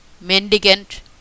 mendicant